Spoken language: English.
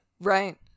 Right